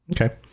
Okay